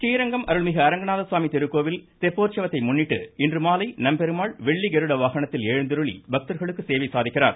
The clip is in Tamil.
றீரங்கம் அருள்மிகு அரங்கநாதர் சுவாமி திருக்கோவில் தெப்போற்சவத்தை முன்னிட்டு இன்றுமாலை நம்பெருமாள் வெள்ளி கருட வாகனத்தில் எழுந்தருளி பக்தர்களுக்கு சேவை சாதிக்கிறார்